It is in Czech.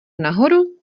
nahoru